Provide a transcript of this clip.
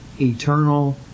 eternal